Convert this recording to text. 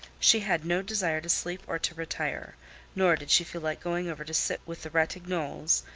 she had no desire to sleep or to retire nor did she feel like going over to sit with the ratignolles,